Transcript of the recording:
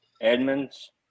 Edmonds